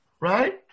right